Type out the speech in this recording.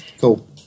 Cool